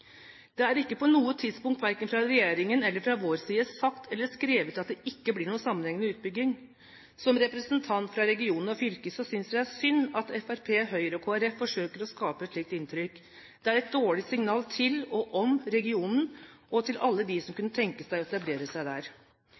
Det har ikke på noe tidspunkt verken fra regjeringen eller fra vår side vært sagt eller skrevet at det ikke blir noen sammenhengende utbygging! Som representant fra regionen og fylket synes jeg det er synd at Fremskrittspartiet, Høyre og Kristelig Folkeparti forsøker å skape et slikt inntrykk. Det er et dårlig signal til, og om, regionen, og til alle dem som kunne tenke seg å etablere seg der.